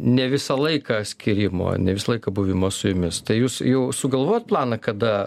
ne visą laiką skyrimo ne visą laiką buvimo su jumis tai jūs jau sugalvojot planą kada